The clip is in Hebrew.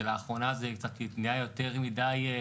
ולאחרונה זה יחסית נהיה יותר מדי,